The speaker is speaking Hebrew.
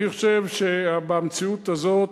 אני חושב שבמציאות הזאת